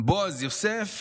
בועז יוסף.